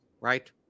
right